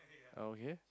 oh okay